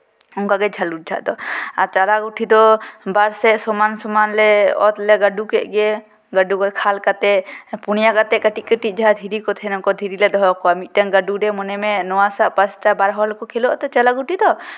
ᱚᱱᱠᱟ ᱜᱮ ᱡᱷᱟᱹᱞᱩᱨ ᱡᱷᱟᱜ ᱫᱚ ᱟᱨ ᱪᱟᱞᱟ ᱜᱩᱴᱷᱤ ᱫᱚ ᱵᱟᱨ ᱥᱮᱫ ᱥᱚᱢᱟᱱᱼᱥᱚᱢᱟᱱ ᱞᱮ ᱚᱛ ᱞᱮ ᱜᱟᱹᱰᱩ ᱠᱮᱫ ᱜᱮ ᱜᱟᱹᱰᱩ ᱠᱷᱟᱞ ᱠᱟᱛᱮ ᱯᱩᱱᱭᱟ ᱠᱟᱛᱮᱫ ᱠᱟᱹᱴᱤᱡᱼᱠᱟᱹᱴᱤᱡ ᱡᱟᱦᱟᱸ ᱫᱷᱤᱨᱤ ᱠᱚ ᱛᱟᱦᱮᱱᱟ ᱫᱷᱤᱨᱤ ᱞᱮ ᱫᱚᱦᱚ ᱠᱚᱣᱟ ᱢᱤᱫᱴᱮᱱ ᱜᱟᱹᱰᱩ ᱨᱮ ᱢᱚᱱᱮ ᱢᱮ ᱱᱚᱣᱟᱥᱟ ᱯᱟᱥᱴᱟ ᱵᱟᱨ ᱦᱚᱲ ᱠᱚ ᱠᱷᱮᱞᱳᱜᱼᱟᱛᱚ ᱪᱟᱞᱟ ᱜᱩᱴᱷᱤ ᱫᱚ